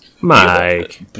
Mike